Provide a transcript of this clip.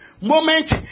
moment